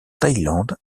thaïlande